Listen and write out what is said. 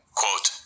quote